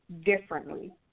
differently